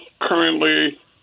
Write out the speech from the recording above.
Currently